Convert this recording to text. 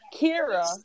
Kira